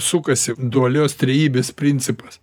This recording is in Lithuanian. sukasi dualios trejybės principas